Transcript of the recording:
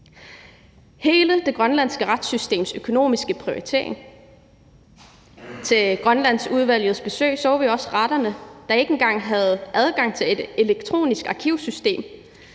hele det grønlandske retssystems økonomiske prioritering. Ved Grønlandsudvalgets besøg så vi også retsvæsenet, der ikke engang har adgang til et elektronisk arkivsystem.